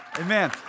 Amen